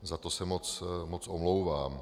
Za to se moc omlouvám.